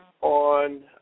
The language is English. on